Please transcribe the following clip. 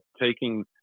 taking –